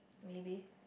maybe